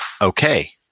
okay